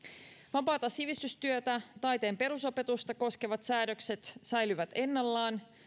vapaata sivistystyötä taiteen perusopetusta koskevat säädökset säilyvät ennallaan